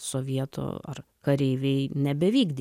sovietų ar kareiviai nebevykdė